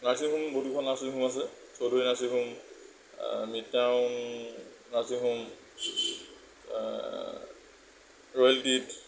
nursing home বহুতকেইখন nursing home আছে Chowdhury nursing home mid town nursing home royal treat